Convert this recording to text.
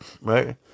right